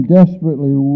desperately